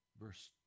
Verse